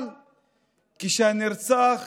אבל כשהנרצח